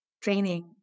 training